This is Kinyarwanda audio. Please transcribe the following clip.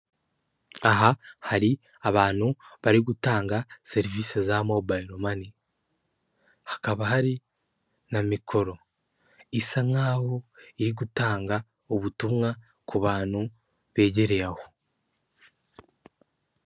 Aha hari abantu bari gutanga serivisi za mobile mane hakaba hari na mikoro isa nkaho iri gutanga ubutumwa ku bantu begereye aho.